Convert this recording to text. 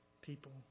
people